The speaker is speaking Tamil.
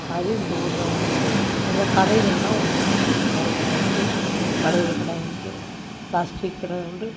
மாதிரி இந்த ஊரில் வந்து நல்லா கடைகள்லாம் உண்டு மிட்டாய் கடை உண்டு வளையல் கடை உண்டு பிளாஸ்டிக் கடை உண்டு